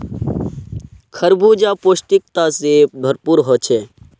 खरबूजा पौष्टिकता से भरपूर होछे